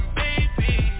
baby